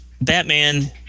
Batman